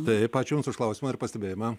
taip ačiū jums už klausimą ir pastebėjimą